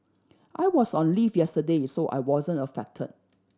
I was on leave yesterday so I wasn't affected